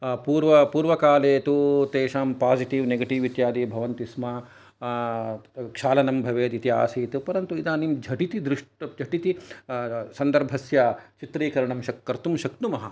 पूर्व पूर्वकाले तु तेषां पासिटिव् नेगाटीव् इत्यादि भवन्ति स्म क्षालनं भवेत् इति आसीत् परन्तु इदानीं झटिति दृष् झटिति सन्धर्भस्य चित्रीकरणं कर्तुं शक्नुमः